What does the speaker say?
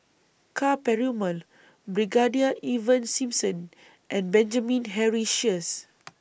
Ka Perumal Brigadier Ivan Simson and Benjamin Henry Sheares